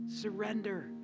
Surrender